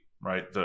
right